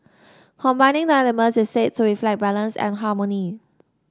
combining the elements is said to reflect balance and harmony